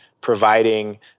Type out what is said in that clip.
providing